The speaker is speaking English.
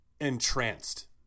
entranced